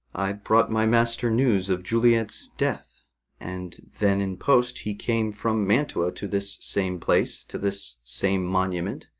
i brought my master news of juliet's death and then in post he came from mantua to this same place, to this same monument.